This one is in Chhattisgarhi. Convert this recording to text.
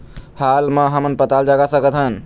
हाल मा हमन पताल जगा सकतहन?